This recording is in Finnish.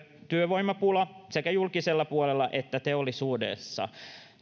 työvoimapula sekä julkisella puolella että teollisuudessa